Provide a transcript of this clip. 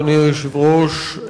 אדוני היושב-ראש,